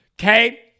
okay